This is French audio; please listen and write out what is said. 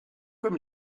comme